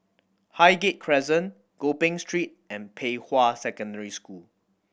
Highgate Crescent Gopeng Street and Pei Hwa Secondary School